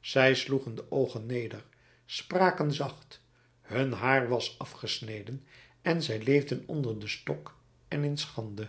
zij sloegen de oogen neder spraken zacht hun haar was afgesneden en zij leefden onder den stok en in schande